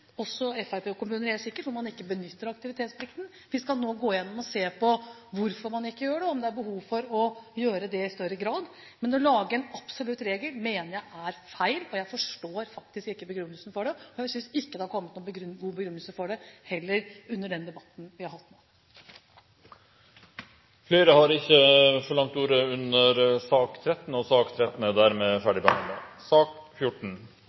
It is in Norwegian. også helt sikkert fremskrittspartikommuner – hvor man ikke benytter aktivitetsplikten. Vi skal nå gå gjennom og se på hvorfor man ikke gjør det, og om det er behov for å gjøre det i større grad. Men å lage en absolutt regel mener jeg er feil. Jeg forstår faktisk ikke begrunnelsen for det, og jeg synes heller ikke det har kommet noen god begrunnelse for det under den debatten vi har hatt. Flere har ikke bedt om ordet til sak nr. 13.